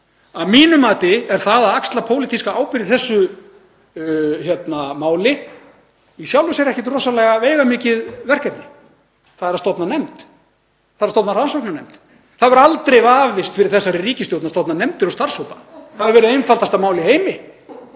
Að mínu mati er það að axla pólitíska ábyrgð í þessu máli í sjálfu sér ekkert rosalega veigamikið verkefni. Það er að stofna nefnd, stofna rannsóknarnefnd. Það hefur aldrei vafist fyrir þessari ríkisstjórn að stofna nefndir og starfshópa. Það hefur verið einfaldasta mál í heimi.